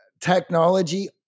technology